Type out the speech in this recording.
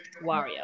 Wario